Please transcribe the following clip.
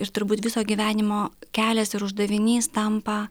ir turbūt viso gyvenimo kelias ir uždavinys tampa